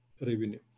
revenue